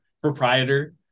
proprietor